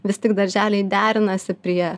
vis tik darželiai derinasi prie